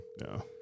No